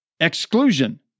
exclusion